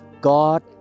God